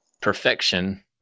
perfection